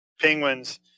penguins